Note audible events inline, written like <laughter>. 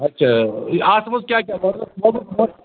اچھا اَتھ منٛز کیٛاہ کیٛاہ <unintelligible>